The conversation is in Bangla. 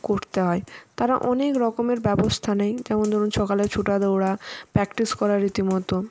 করতে হয় তারা অনেক রকমের ব্যবস্থা নেয় যেমন ধরুন সকালে ছোটাদৌড়া প্র্যাকটিস করা রীতিমতো